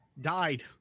died